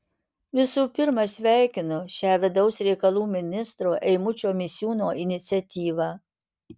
visų pirma sveikinu šią vidaus reikalų ministro eimučio misiūno iniciatyvą